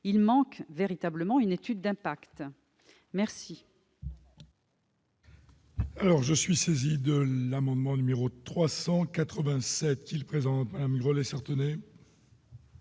Il manque véritablement une étude d'impact.